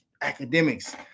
academics